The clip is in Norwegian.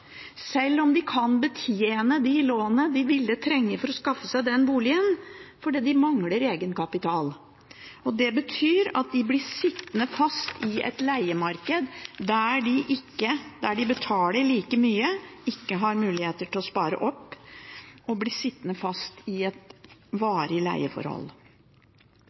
selv om de kan betjene de lånene de ville trenge for å skaffe seg en bolig, fordi de mangler egenkapital. Det betyr at de blir sittende fast i et leiemarked der de betaler like mye, har ikke mulighet til å spare og blir sittende fast i et varig leieforhold.